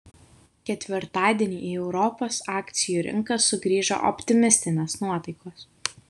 ketvirtadienį į europos akcijų rinkas sugrįžo optimistinės nuotaikos